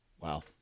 Wow